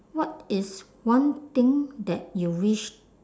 what is one thing that you wish